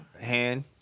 Hand